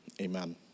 Amen